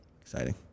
exciting